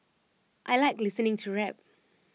I Like listening to rap